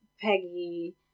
Peggy